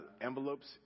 envelopes